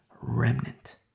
remnant